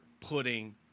putting